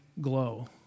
glow